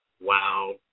Wow